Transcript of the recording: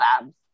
labs